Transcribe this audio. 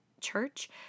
church